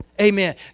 Amen